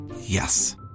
Yes